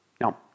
Now